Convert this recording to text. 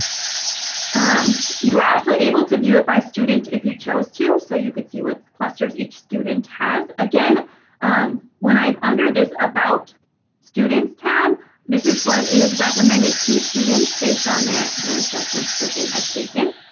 um you are also able to view it by student if you chose to so you can see what clusters each student has. again when i'm under this about students tab this is what is recommended to students based on their their assessments that they have taken.